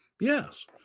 Yes